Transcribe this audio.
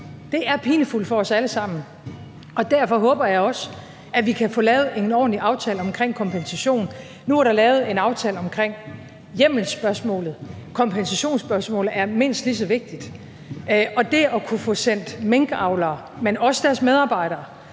Det er pinefuldt for os alle sammen, og derfor håber jeg også, at vi kan få lavet en ordentlig aftale omkring en kompensation. Nu er der lavet en aftale omkring hjemmelsspørgsmålet. Kompensationsspørgsmålet er mindst lige så vigtigt, og det at kunne få sendt minkavlere, men også deres medarbejdere,